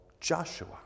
Joshua